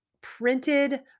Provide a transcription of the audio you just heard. printed